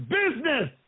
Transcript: business